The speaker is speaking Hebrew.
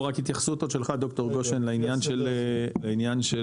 לא, רק התייחסות עוד שלך ד"ר גושן, לעניין של